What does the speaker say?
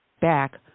back